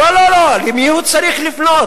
לא, למי הוא צריך לפנות?